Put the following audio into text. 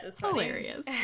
hilarious